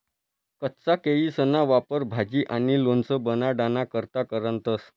कच्चा केयीसना वापर भाजी आणि लोणचं बनाडाना करता करतंस